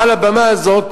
מעל הבמה הזאת,